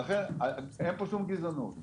ולכן, אין פה שום גזענות.